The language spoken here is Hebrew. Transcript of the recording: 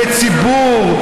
לציבור,